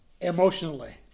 emotionally